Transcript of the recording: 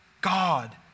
God